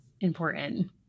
important